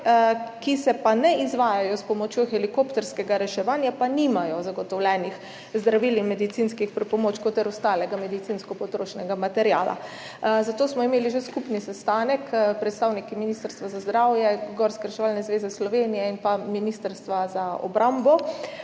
ki pa se ne izvajajo s pomočjo helikopterskega reševanja, pa nimajo zagotovljenih zdravil in medicinskih pripomočkov ter ostalega medicinskega potrošnega materiala. Zato smo imeli že skupni sestanek predstavniki Ministrstva za zdravje, Gorske reševalne zveze Slovenije in Ministrstva za obrambo,